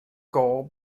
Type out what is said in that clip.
goal